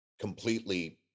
completely